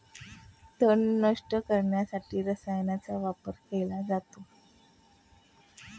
तण नष्ट करण्यासाठी रसायनांचा वापर केला जातो